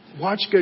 Watch